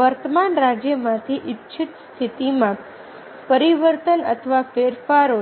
વર્તમાન રાજ્યમાંથી ઇચ્છિત સ્થિતિમાં પરિવર્તન અથવા ફેરફારો છે